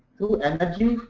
through energy,